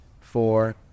four